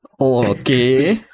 Okay